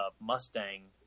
Mustang